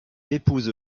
épouse